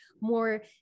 more